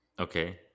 Okay